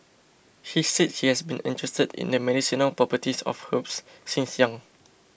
he said he has been interested in the medicinal properties of herbs since young